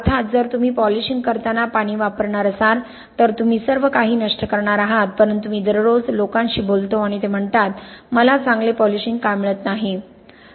अर्थात जर तुम्ही पॉलिशिंग करताना पाणी वापरणार असाल तर तुम्ही सर्व काही नष्ट करणार आहात परंतु मी दररोज लोकांशी बोलतो आणि ते म्हणतात मला चांगले पॉलिशिंग का मिळत नाही